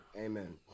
Amen